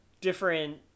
different